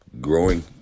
growing